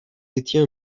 étiez